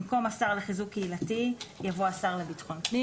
במקום "והשר לחיזוק וקידום קהילתי" יבוא "והשר לביטחון הפנים".